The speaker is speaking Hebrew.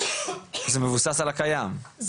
זה מבוסס על הקיים,